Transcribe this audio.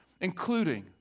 including